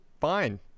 fine